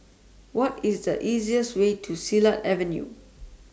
What IS The easiest Way to Silat Avenue